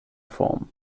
form